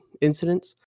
incidents